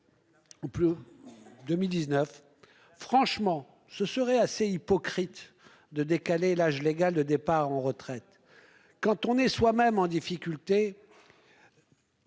2019. Franchement ce serait assez hypocrite de décaler l'âge légal de départ en retraite. Quand on est soi-même en difficulté.